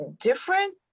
different